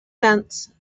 sense